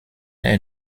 est